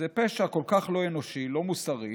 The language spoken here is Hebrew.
זה פשע כל כך לא אנושי, לא מוסרי,